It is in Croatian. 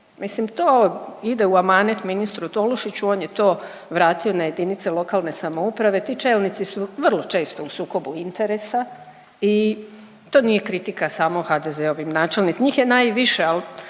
Mislim to ide u amanet ministru Tolušiću, on je to vratio na JLS, ti čelnici su vrlo često u sukobu interesa i to nije kritika samo HDZ-ovim načelni…, njih je najviše, al